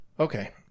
Okay